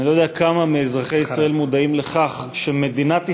אני לא יודע כמה מאזרחי ישראל מודעים לכך שמדינת ישראל,